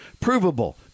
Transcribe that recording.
provable